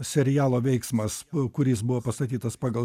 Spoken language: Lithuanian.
serialo veiksmas kuris buvo pastatytas pagal